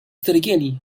ceregieli